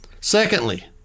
Secondly